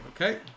okay